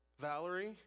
Valerie